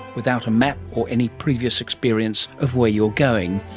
without a map or any previous experience of where you are going.